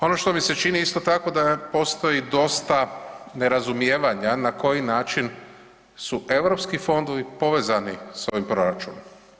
Ono što mi se čini isto tako da postoji dosta nerazumijevanja na koji način su europski fondovi povezani sa ovim proračunom.